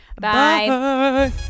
Bye